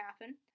happen